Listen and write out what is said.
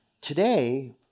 today